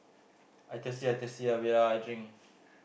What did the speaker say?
I thirsty I thirsty wait ah I drink